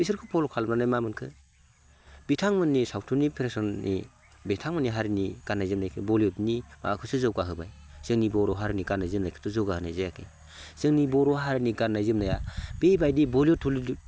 बिसोरखौ फल' खालामनानै मा मोनखो बिथांमोननि सावथुननि फेसननि बिथांमोननि हारिनि गाननाय जोमनायखौ बलिवुदनि माबाखौसो जौगाहोबाय जोंनि बर' हारिनि गाननाय जोमनायखौथ' जौगाहोनाय जायाखै जोंनि बर' हारिनि गाननाय जोमनाया बे बायदि बलिवुद थलिवुद